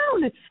down